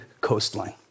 coastline